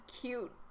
cute